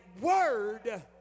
word